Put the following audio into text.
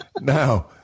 now